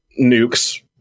nukes